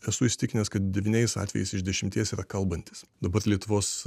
esu įsitikinęs kad devyniais atvejais iš dešimties yra kalbantis dabar lietuvos